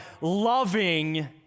loving